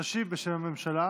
תשיב בשם הממשלה